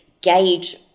gauge